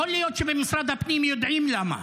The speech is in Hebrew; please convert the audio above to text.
יכול להיות שבמשרד הפנים יודעים למה.